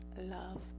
love